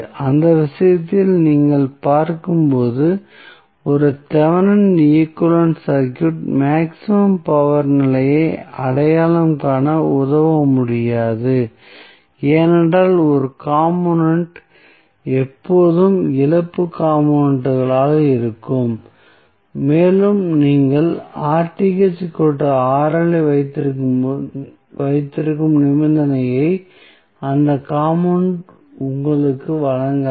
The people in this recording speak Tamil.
அந்த விஷயத்தில் நீங்கள் பார்க்கும் ஒரு Thevenin equivalent circuit maximum power நிலையை அடையாளம் காண உதவ முடியாது ஏனென்றால் ஒரு காம்போனென்ட் எப்போதும் இழப்பு காம்போனென்ட்களாக இருக்கும் மேலும் நீங்கள் ஐ வைத்திருக்கும் நிபந்தனையை அந்த காம்போனென்ட் உங்களுக்கு வழங்காது